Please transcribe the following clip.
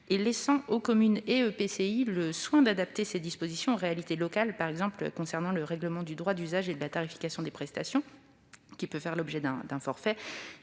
et laisse aux communes et aux EPCI le soin d'adapter ces dispositions aux réalités locales, par exemple concernant le règlement du droit d'usage et de la tarification des prestations qui peut faire l'objet d'un forfait.